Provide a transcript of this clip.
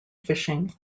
fishing